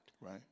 right